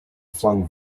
flung